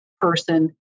person